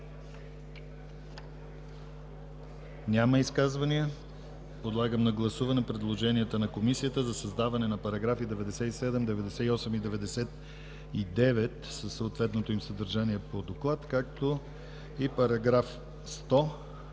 Няма изказвания. Подлагам на гласуване предложенията на Комисията за създаване на § 97, 98 и 99 със съответното им съдържание по Доклад, както и § 100,